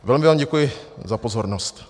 Velmi vám děkuji za pozornost.